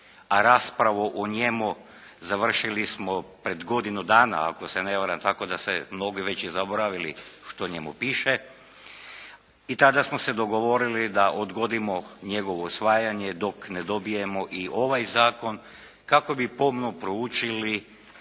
a raspravu o njemu završili smo pred godinu dana ako se ne varam, tako da su mnogi već i zaboravili što u njemu piše i tada smo se dogovorili da odgodimo njegovo usvajanje dok ne dobijemo i ovaj Zakon kako bi pomno proučili